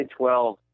2012